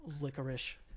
licorice